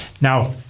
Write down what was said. Now